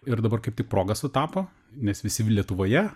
ir dabar kaip tik proga sutapo nes visi lietuvoje